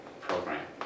program